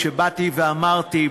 כשבאתי ואמרתי,